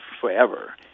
forever